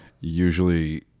Usually